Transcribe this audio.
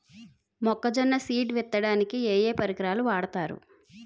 మొక్కజొన్న సీడ్ విత్తడానికి ఏ ఏ పరికరాలు వాడతారు?